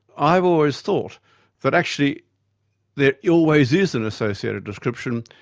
i've always thought that actually there always is an associated description,